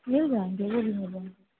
मिल जाएँगे वह भी मिल जाएँगे